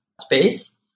space